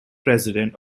president